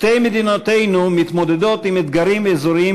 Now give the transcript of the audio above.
שתי מדינותינו מתמודדות עם אתגרים אזוריים